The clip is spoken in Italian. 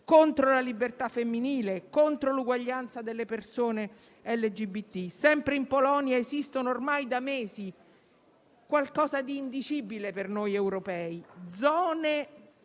contro la libertà femminile e contro l'uguaglianza delle persone LGBT. Sempre in Polonia esiste, ormai da mesi, qualcosa di indicibile per noi europei,